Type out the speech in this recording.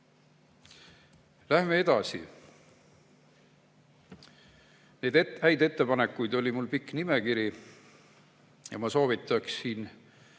Läheme edasi. Häid ettepanekuid oli mul pikk nimekiri. Ma soovitaksin